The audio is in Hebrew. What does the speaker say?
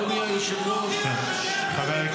אדוני היושב-ראש -- 7 באוקטובר מוכיח שהדרך של הליכוד צודקת?